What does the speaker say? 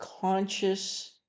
conscious